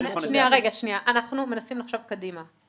מנסים לחשוב קדימה.